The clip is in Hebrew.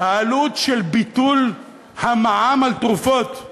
העלות של ביטול המע"מ על תרופות,